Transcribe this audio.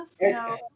no